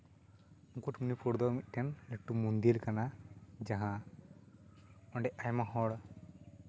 ᱢᱩᱠᱩᱴᱢᱚᱱᱤᱯᱩᱨ ᱫᱚ ᱢᱤᱫᱴᱮᱱ ᱞᱟᱹᱴᱩ ᱢᱚᱱᱫᱤᱨ ᱠᱟᱱᱟ ᱡᱟᱦᱟᱸ ᱚᱸᱰᱮ ᱟᱭᱢᱟ ᱦᱚᱲ